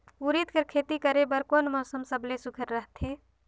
उरीद कर खेती करे बर कोन मौसम सबले सुघ्घर रहथे?